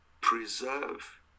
preserve